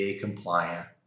compliant